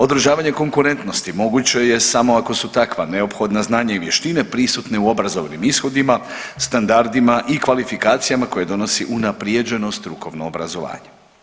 Održavanje konkurentnosti moguće je samo ako su takva neophodna znanja i vještine prisutne u obrazovnim ishodima, standardima i kvalifikacijama koje donosi unaprijeđeno strukovno obrazovanje.